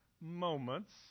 moments